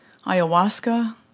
Ayahuasca